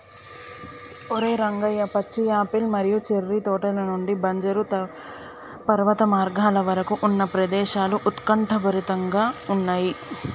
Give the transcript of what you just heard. ఓరై రంగయ్య పచ్చి యాపిల్ మరియు చేర్రి తోటల నుండి బంజరు పర్వత మార్గాల వరకు ఉన్న దృశ్యాలు ఉత్కంఠభరితంగా ఉన్నయి